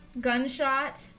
gunshot